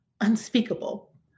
unspeakable